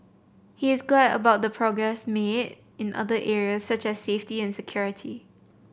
he is glad about the progress made in other areas such as safety and security